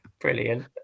Brilliant